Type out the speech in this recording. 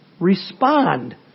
Respond